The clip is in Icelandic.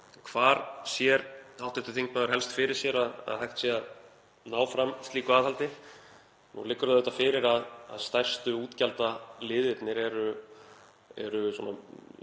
Hvar sér hv. þingmaður helst fyrir sér að hægt sé að ná fram slíku aðhaldi? Nú liggur auðvitað fyrir að stærstu útgjaldaliðirnir eru mjög